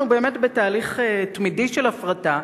אנחנו באמת בתהליך תמידי של הפרטה,